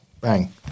Bang